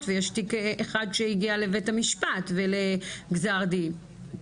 ויש תיק אחד שהגיע לבית המשפט ולגזר דין.